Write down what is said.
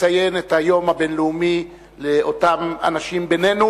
לציין את היום הבין-לאומי לאותם אנשים בינינו